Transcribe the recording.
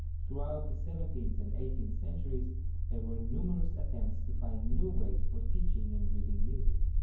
throughout the seventeenth and eighteenth centuries there were numerous attempts to find new ways for teaching and reading music,